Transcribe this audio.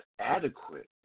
adequate